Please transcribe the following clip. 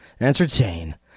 entertain